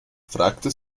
fragte